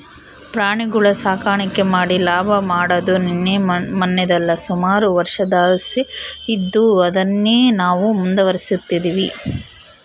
ಪ್ರಾಣಿಗುಳ ಸಾಕಾಣಿಕೆ ಮಾಡಿ ಲಾಭ ಮಾಡಾದು ನಿನ್ನೆ ಮನ್ನೆದಲ್ಲ, ಸುಮಾರು ವರ್ಷುದ್ಲಾಸಿ ಇದ್ದು ಅದುನ್ನೇ ನಾವು ಮುಂದುವರಿಸ್ತದಿವಿ